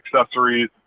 accessories